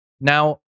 Now